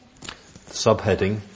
subheading